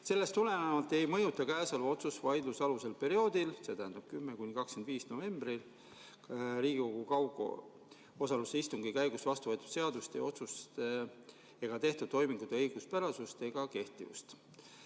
Sellest tulenevalt ei mõjuta käesolev otsus vaidlusalusel perioodil, see tähendab 10.–25. novembril Riigikogu kaugosalusega istungi käigus vastu võetud seaduste ja otsuste ega tehtud toimingute õiguspärasust ega kehtivust.